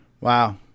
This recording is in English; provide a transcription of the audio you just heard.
Wow